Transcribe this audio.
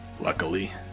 Luckily